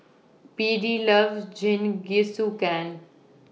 Beadie loves Jingisukan